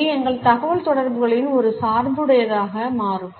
இது எங்கள் தகவல்தொடர்புகளில் ஒரு சார்புடையதாக மாறும்